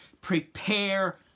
Prepare